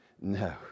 No